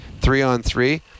three-on-three